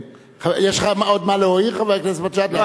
יש לך עוד מה להעיר, חבר הכנסת מג'אדלה?